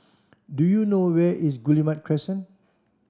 do you know where is Guillemard Crescent